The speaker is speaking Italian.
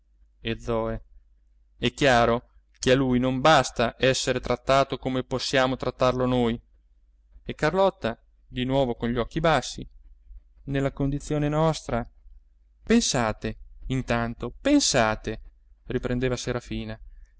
creaturina e zoe è chiaro che a lui non basta esser trattato come possiamo trattarlo noi e carlotta di nuovo con gli occhi bassi nella condizione nostra pensate intanto pensate riprendeva serafina